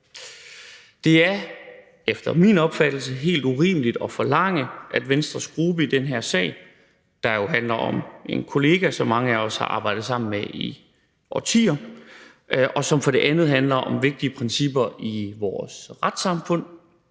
Det er efter min opfattelse helt urimeligt at forlange, at Venstres gruppe i den her sag, der jo for det første handler om en kollega, som mange af os har arbejdet sammen med i årtier, og som for det andet handler om vigtige principper i vores retssamfund,